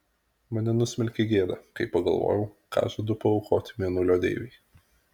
mane nusmelkė gėda kai pagalvojau ką žadu paaukoti mėnulio deivei